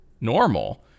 Normal